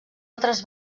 altres